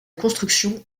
construction